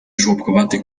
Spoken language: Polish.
żłobkowaty